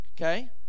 okay